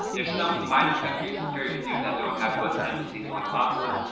there's some minor countries, they're very few, that don't have us embassies, only consulates.